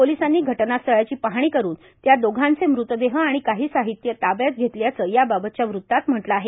पोलिसांनी घटनास्थळाची पाहणी करून त्या दोघांचे मृतदेह आणि काही साहित्य ताब्यात घेतल्याचं याबाबतच्या वृतात म्हटलं आहे